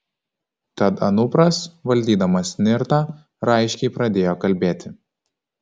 tad anupras valdydamas nirtą raiškiai pradėjo kalbėti